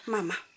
Mama